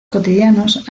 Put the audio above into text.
cotidianos